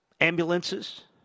Ambulances